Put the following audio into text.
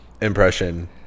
impression